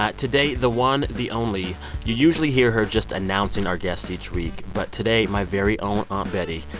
ah today, the one, the only you usually hear her just announcing our guests each week. but today, my very own aunt betty,